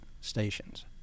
stations